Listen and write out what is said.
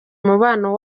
umubano